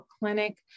clinic